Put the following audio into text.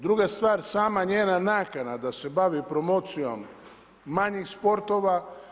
Druga stvara, sama njena nakana, da se bavi promocijom, manjih sportova.